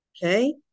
Okay